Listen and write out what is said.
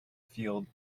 field